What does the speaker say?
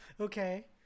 Okay